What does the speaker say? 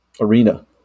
arena